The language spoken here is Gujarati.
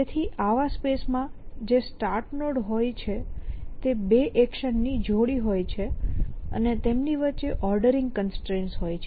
તેથી આવા સ્પેસ માં જે સ્ટાર્ટ નોડ હોય છે તે બે એક્શન ની જોડી હોય છે અને તેમની વચ્ચે ઓર્ડરિંગ કન્સ્ટ્રેન્ટસ હોય છે